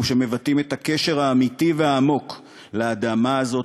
אלו שמבטאים את הקשר האמיתי והעמוק לאדמה הזאת,